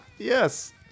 Yes